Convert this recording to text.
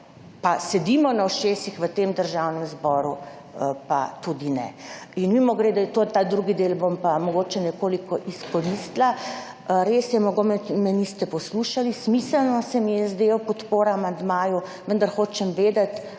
pa sedimo na ušesih v tem Državnem zboru pa tudi ne. Mimogrede ta drugi del bom pa mogoče nekoliko izkoristila. Res je mogoče me niste poslušali smiselno se mi je zdela podpora amandmaju, vendar hočem vedeti